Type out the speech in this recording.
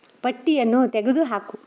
ಪಟ್ಟಿಯನ್ನು ತೆಗೆದುಹಾಕು